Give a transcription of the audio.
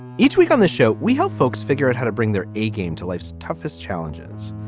each week on the show we help folks figure out how to bring their a game to life's toughest challenges.